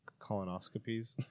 colonoscopies